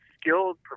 skilled